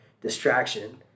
distraction